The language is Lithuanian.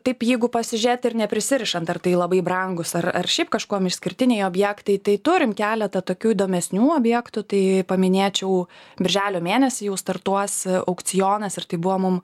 taip jeigu pasižiūrėt ir neprisirišant ar tai labai brangus ar ar šiaip kažkuom išskirtiniai objektai tai turim keletą tokių įdomesnių objektų tai paminėčiau birželio mėnesį jau startuos aukcionas ir tai buvo mum